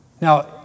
Now